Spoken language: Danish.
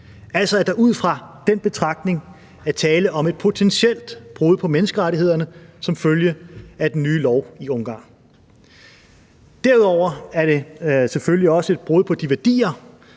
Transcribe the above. Altså, at der ud fra den betragtning er tale om et potentielt brud på menneskerettighederne som følge af den nye lov i Ungarn. Derudover er det selvfølgelig også et brud på de værdier,